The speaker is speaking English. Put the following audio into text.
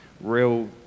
real